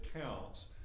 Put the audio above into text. counts